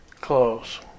close